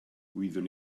wyddwn